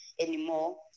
anymore